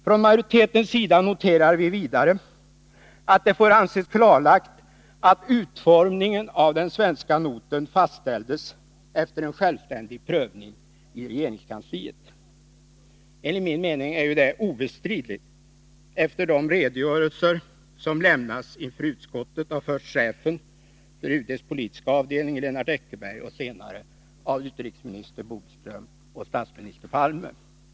Från majoritetens sida noterar vi vidare att det får anses klarlagt att utformningen av den svenska noten fastställdes efter en självständig prövning i regeringskansliet. Enligt min uppfattning är det obestridligt efter de redogörelser som lämnats inför utskottet av först chefen för UD:s politiska avdelning Lennart Eckerberg och senare av utrikesminister Bodström och statsminister Palme.